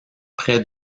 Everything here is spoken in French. près